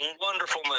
wonderful